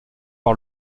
par